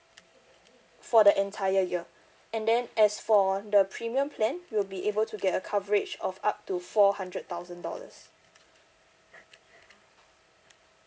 for the entire year and then as for the premium plan you'll be able to get a coverage of up to four hundred thousand dollars